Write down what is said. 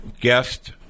guest